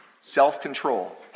self-control